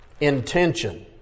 intention